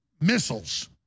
missiles